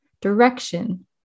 direction